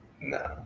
No